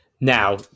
Now